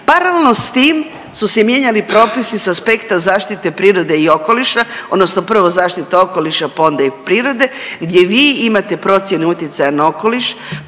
Paralelno s tim su se mijenjali propisi sa aspekta zaštite prirode i okoliša odnosno prvo zaštita okoliša pa onda i prirode gdje vi imate procjene utjecaja na okoliš,